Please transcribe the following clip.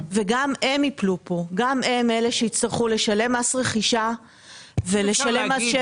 וגם הם ייפלו פה; גם הם יצטרכו לשלם מס רכישה ומס שבח.